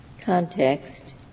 context —